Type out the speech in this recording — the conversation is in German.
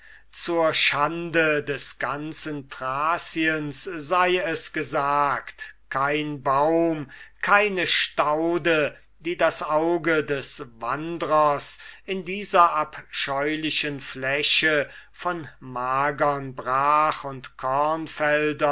zur schande des ganzen thraciens sei es gesagt kein baum keine staude die das auge des wandrers in dieser abscheulichen fläche von magern brach und